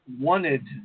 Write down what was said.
wanted